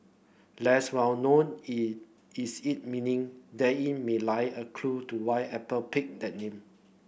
less well known is its meaning then in may lie a clue to why Apple picked that name